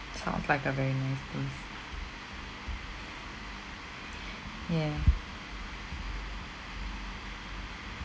sounds like a very nice place yeah